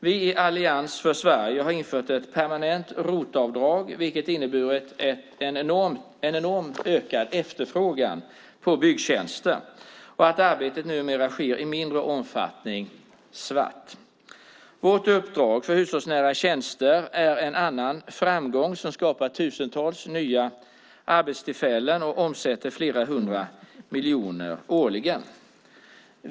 Vi i Allians för Sverige har infört ett permanent ROT-avdrag, vilket har inneburit en enormt ökad efterfrågan på byggtjänster och att arbetet numera sker svart i mindre omfattning. Vårt avdrag för hushållsnära tjänster är en annan framgång som skapat tusentals nya arbetstillfällen och omsätter flera hundra miljoner årligen.